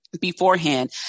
beforehand